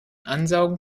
ansaugen